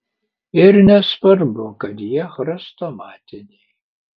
ir nesvarbu kad jie chrestomatiniai